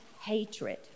hatred